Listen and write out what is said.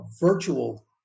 virtual